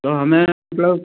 तो हमें तो